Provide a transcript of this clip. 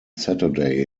saturday